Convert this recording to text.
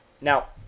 Now